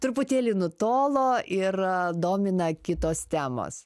truputėlį nutolo ir domina kitos temos